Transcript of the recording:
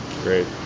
Great